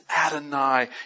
Adonai